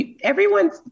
Everyone's